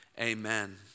Amen